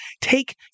take